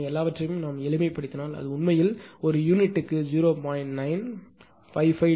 எனவே எல்லாவற்றையும் எளிமைப்படுத்தினால் அது உண்மையில் ஒரு யூனிட்டுக்கு 0